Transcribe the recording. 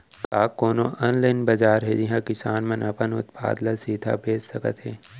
का कोनो अनलाइन बाजार हे जिहा किसान मन अपन उत्पाद ला सीधा बेच सकत हे?